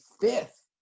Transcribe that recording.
fifth